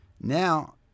Now